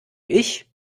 ich